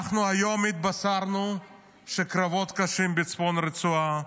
אנחנו היום התבשרנו שהקרבות קשים בצפון הרצועה,